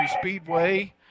Speedway